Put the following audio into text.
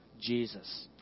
Jesus